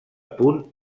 punt